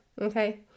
Okay